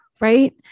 right